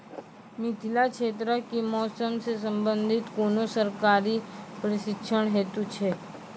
मिथिला क्षेत्रक कि मौसम से संबंधित कुनू सरकारी प्रशिक्षण हेतु छै?